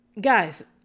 Guys